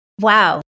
Wow